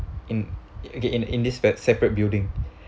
in okay in in this separate building